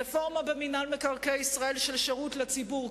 רפורמה במינהל מקרקעי ישראל של שירות לציבור,